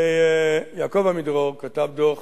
יעקב עמידרור כתב דוח